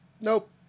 Nope